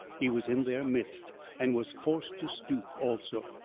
he was in their midst and was forced to stoop also.